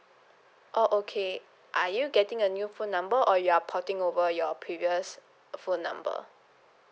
oh okay are you getting a new phone number or you are porting over your previous phone number